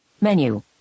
Menu